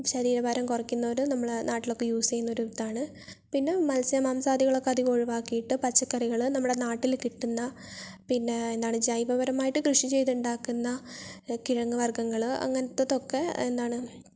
ശരീര ഭാരം കുറയ്ക്കുന്നവരും നമ്മളുടെ നാട്ടിലൊക്കെ യൂസ് ചെയ്യുന്ന ഒരിതാണ് പിന്നെ മത്സ്യ മാംസാദികളൊക്കെ അധികം ഒഴിവാക്കിയിട്ട് പച്ചക്കറികള് നമ്മളുടെ നാട്ടില് കിട്ടുന്ന പിന്നെ എന്താണ് ജൈവ പരമായി കൃഷി ചെയ്തുണ്ടാക്കുന്ന കിഴങ്ങു വർഗ്ഗങ്ങൾ അങ്ങനത്തെ അതൊക്കെ എന്താണ്